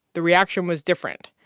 the reaction was different.